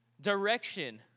direction